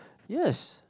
yes